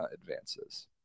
advances